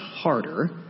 harder